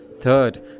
Third